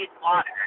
water